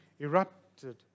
erupted